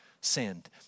sinned